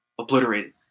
obliterated